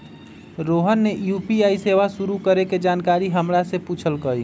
Rohan UPI यू.पी.आई सेवा शुरू करे के जानकारी हमरा से पूछल कई